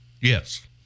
Yes